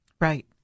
Right